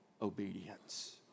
Obedience